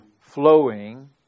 flowing